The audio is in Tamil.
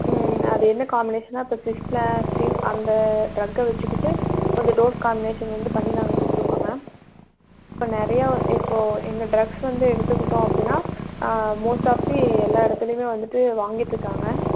ம் அது என்ன காம்பினேஷன்னா இப்போ சிக்ஸ்லாஸ்ட்டின் அந்த டிரக்கை வைச்சிக்கிட்டு அது டோஸ் காமினேஷன் வந்து பண்ணி நாங்கள் கொடுத்துருக்கோம் மேம் இப்போ நிறையா இப்போது எங்கள் டிரக்ஸ் வந்து எடுத்துக்கிட்டோம் அப்படின்னா மோஸ்ட் ஆஃப் தி எல்லா இடத்துலையுமே வந்துட்டு வாங்கிட்டுருக்காங்க